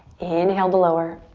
inhale the lower,